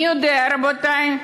מי יודע, רבותי?